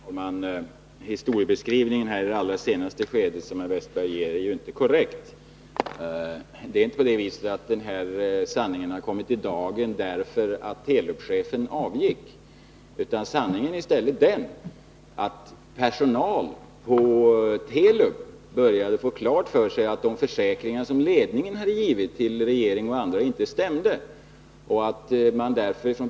Herr talman! Den historiebeskrivning som herr Wästberg ger av det allra senaste skedet är inte korrekt. Det är inte på det viset att sanningen har kommit i dagen därför att Telubchefen avgick. Sanningen är i stället den att personalen på Telub började få klart för sig att de försäkringar som ledningen hade gett till regeringen och andra inte stämde.